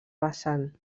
vessant